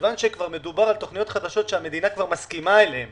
כיוון שכבר מדובר על תוכניות חדשות שהמדינה כבר מסכימה עליהם